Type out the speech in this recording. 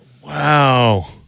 Wow